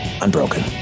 unbroken